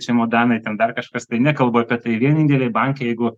čemodanai ten dar kažkas tai nekalbu apie tai vieninteliai ir bankai jeigu